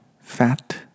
Fat